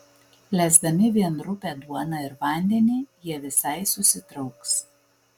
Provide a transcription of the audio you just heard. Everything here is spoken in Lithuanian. lesdami vien rupią duoną ir vandenį jie visai susitrauks